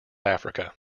africa